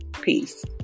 peace